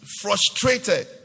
frustrated